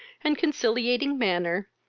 and conciliating manner,